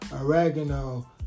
oregano